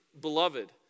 beloved